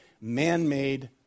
man-made